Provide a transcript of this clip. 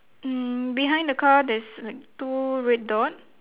um behind the car there's like two red dot